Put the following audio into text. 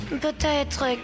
Peut-être